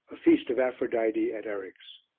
a feast of aphrodite at eryx.